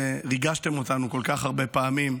ריגשתם אותנו כל כך הרבה פעמים.